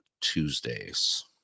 Tuesdays